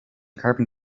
carbon